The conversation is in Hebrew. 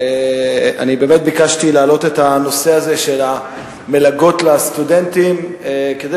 אני ביקשתי להעלות את הנושא הזה של מלגות הסטודנטים כדי